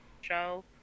show